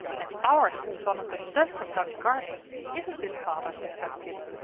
and ours is one of the best of dutch gardens, isn't it, father? said kit.